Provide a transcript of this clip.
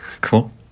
Cool